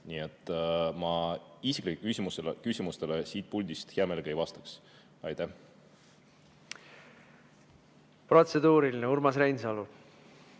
Nii et ma isiklikele küsimustele siit puldist hea meelega ei vastaks.